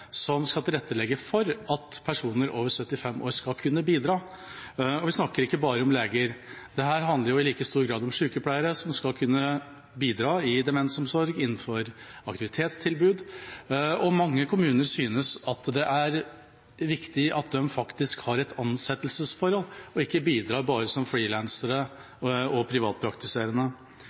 som skal tilrettelegge for at personer over 75 år skal kunne bidra. Og vi snakker ikke bare om leger. Dette handler i like stor grad om sykepleiere, som skal kunne bidra i demensomsorg, innenfor aktivitetstilbud o.l. Mange kommuner synes det er riktig at de faktisk har et ansettelsesforhold og ikke bidrar bare som